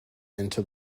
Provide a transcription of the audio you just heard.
into